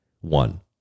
one